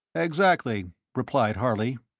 exactly, replied harley.